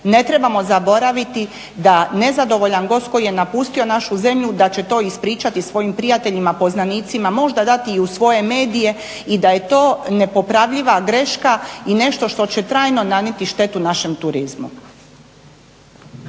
Ne trebamo zaboraviti da nezadovoljan gost koji je napustio našu zemlju da će to ispričati svojim prijateljima, poznanicima, možda dati i u svoje medije i da je to nepopravljiva greška i nešto što će trajno nanijeti štetu našem turizmu.